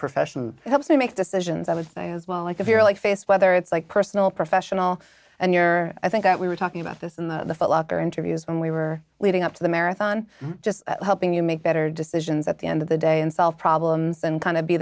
profession helps me make decisions i would say as well like if you're like face whether it's like personal professional and you're i think that we were talking about this in the locker interviews when we were leading up to the marathon just helping you make better decisions at the end of the day and solve problems and kind of be